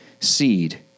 seed